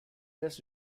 just